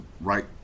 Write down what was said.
right